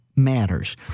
matters